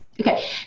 Okay